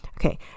Okay